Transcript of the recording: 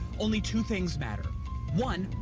only two things matter one,